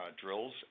drills